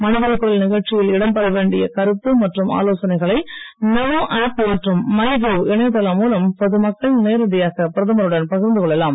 மனதின் குரல் நிகழ்ச்சியில் இடம் பெற வேண்டிய கருத்து மற்றும் ஆலோசனைகளை நமோ ஆப் மற்றும் மைகவ் இணையதளம் மூலம் பொதுமக்கள் நேரடியாக பிரதமருடன் பகிர்ந்து கொள்ளலாம்